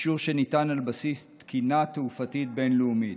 אישור שניתן על בסיס תקינה תעופתית בין-לאומית.